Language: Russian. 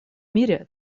мире